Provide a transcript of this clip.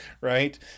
right